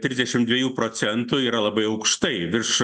trisdešim dviejų procentų yra labai aukštai virš